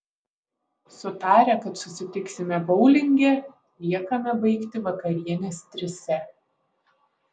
sutarę kad susitiksime boulinge liekame baigti vakarienės trise